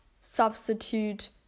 substitute